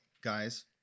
guys